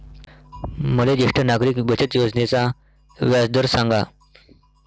मले ज्येष्ठ नागरिक बचत योजनेचा व्याजदर सांगा